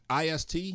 IST